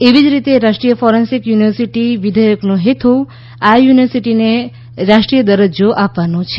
એવી જ રીતે રાષ્ટ્રીય ફોરેન્સીક યુનિવર્સિટી વિઘેયકનો હેતુ આ યુનિવર્સિટીને રાષ્ટ્રીય દરજ્જો આપવાનો છે